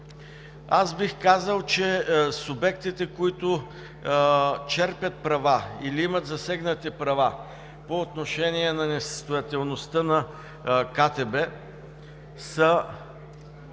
Бих казал, че субектите, които черпят права или имат засегнати права по отношение на несъстоятелността на КТБ, са